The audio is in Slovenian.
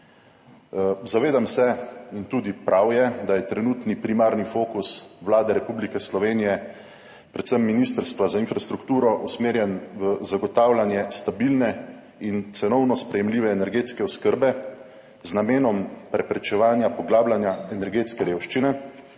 Zavedam se, in tudi prav je, da je trenutni primarni fokus Vlade Republike Slovenije, predvsem Ministrstva za infrastrukturo, usmerjen v zagotavljanje stabilne in cenovno sprejemljive energetske oskrbe z namenom preprečevanja poglabljanja energetske revščine,